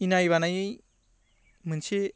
इनाय बानायै मोनसे